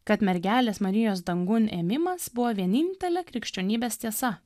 kad mergelės marijos dangun ėmimas buvo vienintelė krikščionybės tiesa